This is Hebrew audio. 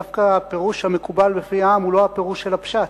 ודווקא הפירוש המקובל בפי העם הוא לא הפירוש של הפשט.